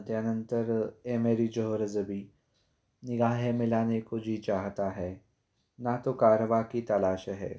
त्यानंतर ए मेरी जोहरा जबीं निगाहे मिलाने को जी चाहता आहे ना तो कारवा की तलाश आहे